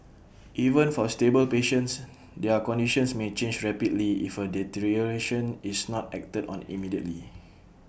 even for stable patients their conditions may change rapidly if A deterioration is not acted on immediately